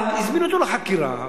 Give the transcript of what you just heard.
אבל הזמינו אותו לחקירה,